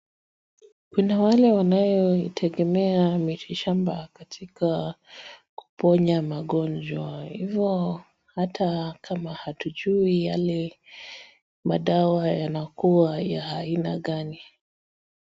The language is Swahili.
Kuna wale wanayoitegemea mitishamba katika kuponya magonjwa kwa hivo hata kama hatujui yale madawa yanakuwa ya aina gani.